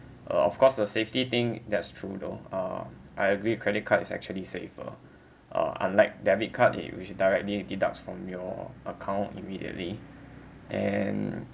uh of course the safety thing that's true though uh I agree credit card is actually safer uh unlike debit card it which directly deducts from in your account immediately and